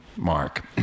Mark